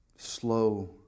slow